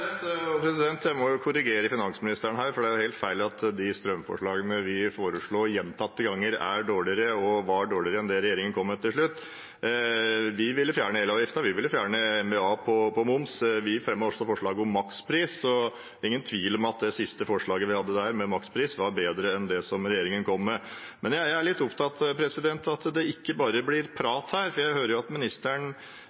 Jeg må korrigere finansministeren her, fordi det er helt feil at de strømforslagene vi foreslo gjentatte ganger, var dårligere enn det regjeringen kom med til slutt. Vi ville fjerne elavgiften, vi ville fjerne MVA på moms, og vi fremmet også forslag om makspris. Det er ingen tvil om at det siste forslaget vi hadde der, om makspris, var bedre enn det som regjeringen kom med. Men jeg er litt opptatt av at det ikke bare blir